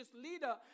leader